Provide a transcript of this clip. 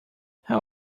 how